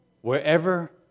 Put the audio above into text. wherever